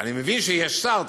אני מבין שיש שר,